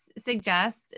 suggests